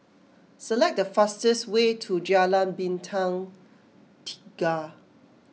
select the fastest way to Jalan Bintang Tiga